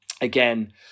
again